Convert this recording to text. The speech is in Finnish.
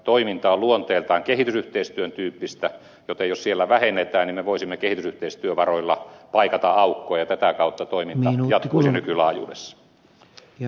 toiminta on luonteeltaan kehitysyhteistyön tyyppistä joten jos siellä vähennetään niin me voisimme kehitysyhteistyövaroilla paikata aukkoja ja tätä kautta toiminta jatkuisi nykylaajuudessaan